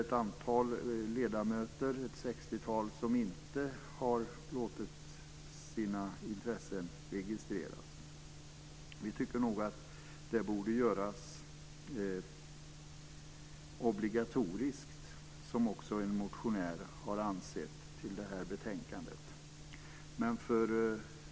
Ett sextiotal ledamöter har inte låtit sina intressen registreras. Vi tycker nog att detta borde göras obligatoriskt, vilket också framhållits i en motion som behandlas i detta betänkande.